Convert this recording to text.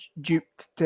duped